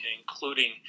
including